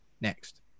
next